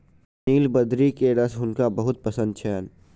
नीलबदरी के रस हुनका बहुत पसंद छैन